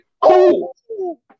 Cool